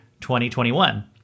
2021